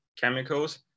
chemicals